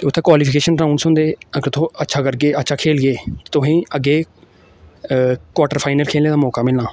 ते उत्थै qualification rounds होंदे अगर तुस अच्छा करगे अच्छा खेलगे ते तुसेंगी अग्गें क्वार्टरफाइनल खेलने दा मौका मिलना